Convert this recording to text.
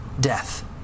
death